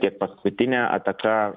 tiek paskutinė ataka